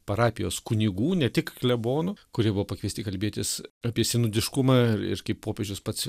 parapijos kunigų ne tik klebonų kurie buvo pakviesti kalbėtis apie sinodiškumą ir kaip popiežius pats